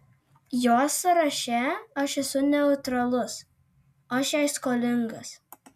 jos sąraše aš esu neutralus aš jai skolingas